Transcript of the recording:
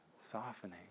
Softening